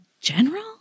general